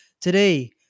Today